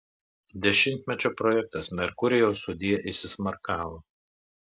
dešimtmečio projektas merkurijau sudie įsismarkavo